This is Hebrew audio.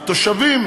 התושבים,